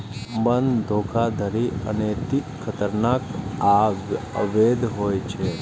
बंधक धोखाधड़ी अनैतिक, खतरनाक आ अवैध होइ छै